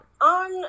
on